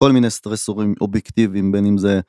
כל מיני סטרסורים אובייקטיביים בין אם זה.